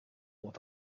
with